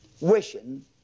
wishing